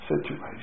situation